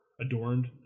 adorned